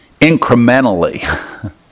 incrementally